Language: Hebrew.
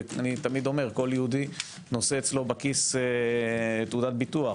ואני תמיד אומר - כל יהודי נושא אצלו בכיס תעודת ביטוח,